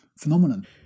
phenomenon